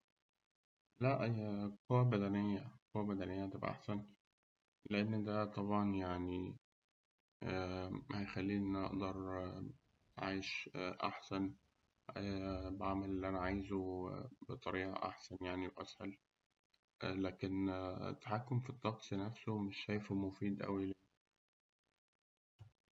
لا قوة بدنية، قوة بدنية هتبقى أحسن، لأن ده طبعاً يعني هيخليني إن أنا أعيش أحسن، بعمل اللي أنا عايزه بطريقة أحسن يعني وأسهل، لكن التحكم في الطقس نفسه مش شايفه مفيد أوي.